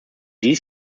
dies